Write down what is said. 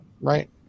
Right